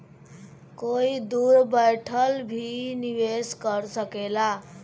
कोई दूर बैठल भी निवेश कर सकेला